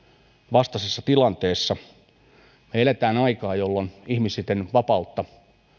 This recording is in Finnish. vastaisessa tilanteessa me elämme aikaa jolloin ihmisten vapautta